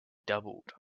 doubled